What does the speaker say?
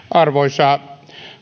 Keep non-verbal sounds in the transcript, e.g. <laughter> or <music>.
<unintelligible> arvoisa